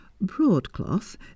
Broadcloth